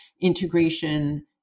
integration